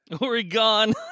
Oregon